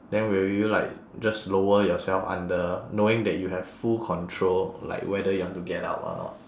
then will you like just lower yourself under knowing that you have full control like whether you want to get out or not